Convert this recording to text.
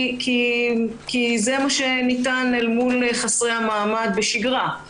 כי זה מה שניתן אל מול חסרי המעמד בשגרה.